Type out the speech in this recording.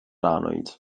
annwyd